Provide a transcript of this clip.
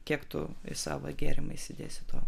kiek tu savą gėrimą įsidėsi to